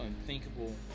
unthinkable